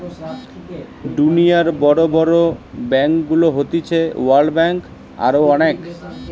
দুনিয়র সব বড় বড় ব্যাংকগুলো হতিছে ওয়ার্ল্ড ব্যাঙ্ক, আরো অনেক